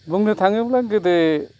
बुंनो थाङोब्ला गोदो